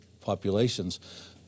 populations